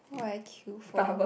why I queue for